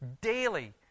daily